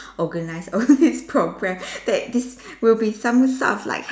organise all these program that this will be some sort like helpful